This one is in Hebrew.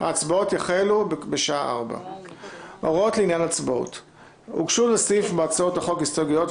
ההצבעות יחלו בשעה 16:00. הוגשו לסעיף בהצעות החוק הסתייגויות,